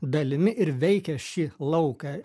dalimi ir veikia šį lauką